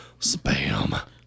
spam